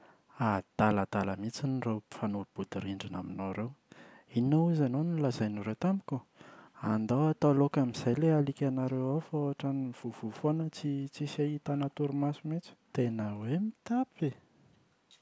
Adaladala mihitsy ireo mpifanolo-bodirindrina aminao ireo! Inona hozy ianao no nolazain’izy ireo tamiko? Andao atao laoka amin’izay ilay alikanareo ao fa ohatra ny mivoavoa foana, tsy tsisy ahitana torimaso mihitsy. Tena hoe mitapy!